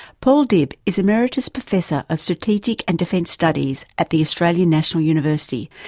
paul dibb is emeritus professor ah strategic and defence studies at the australian national university,